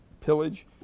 pillage